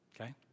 okay